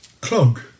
clog